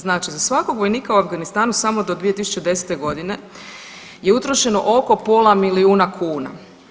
Znači za svakog vojnika u Afganistanu samo do 2010.g. je utrošeno oko pola milijuna kuna.